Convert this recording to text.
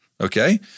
Okay